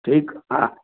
ठीकु हा